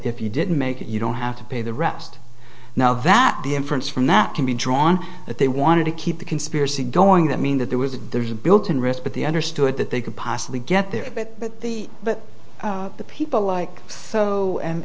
if you didn't make it you don't have to pay the rest now that the inference from that can be drawn that they wanted to keep the conspiracy going that mean that there was a there's a built in risk but the understood that they could possibly get there that the but the people like so and